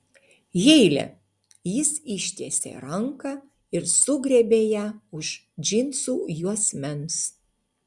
heile jis ištiesė ranką ir sugriebė ją už džinsų juosmens